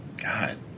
god